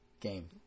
game